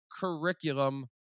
curriculum